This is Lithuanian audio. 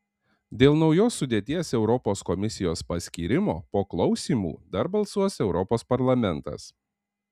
dėl naujos sudėties europos komisijos paskyrimo po klausymų dar balsuos europos parlamentas